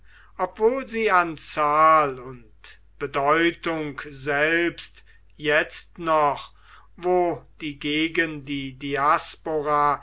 obwohl sie an zahl und bedeutung selbst jetzt noch wo die gegen die